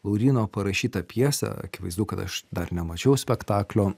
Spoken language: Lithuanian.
lauryno parašytą pjesę akivaizdu kad aš dar nemačiau spektaklio